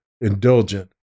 indulgent